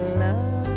love